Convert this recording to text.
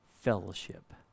fellowship